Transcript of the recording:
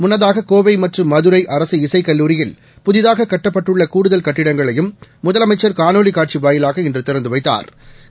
முன்னதாக கோவை மற்றும் மதுரை அரசு இசைக்கல்லூரியில் புதிதூக கட்டப்பட்டுள்ள கூடுதல் கட்டிடங்களையும் முதலமைச்சா் காணொலி காட்சி வாயிலாக இன்று திறந்து வைத்தாா்